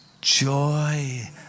joy